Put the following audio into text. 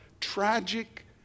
tragic